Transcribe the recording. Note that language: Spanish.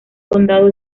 condado